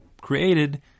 created